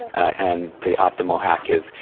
and the optimal hack is,